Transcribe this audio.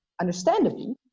understandably